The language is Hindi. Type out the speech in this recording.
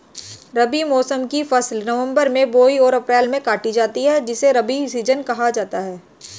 रबी मौसम की फसल नवंबर में बोई और अप्रैल में काटी जाती है जिसे रबी सीजन कहा जाता है